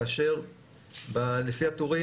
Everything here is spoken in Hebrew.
כאשר לפי הטורים,